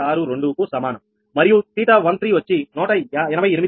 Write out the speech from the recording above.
62 కు సమానం మరియు 𝜃13 వచ్చి 188